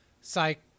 psych